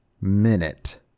Minute